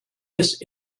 this